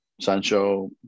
sancho